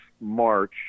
March